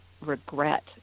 regret